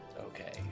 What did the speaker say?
Okay